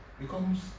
becomes